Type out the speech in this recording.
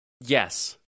Yes